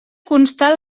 constar